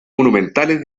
monumentales